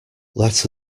let